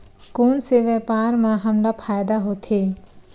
कोन से व्यापार म हमला फ़ायदा होथे?